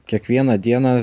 kiekvieną dieną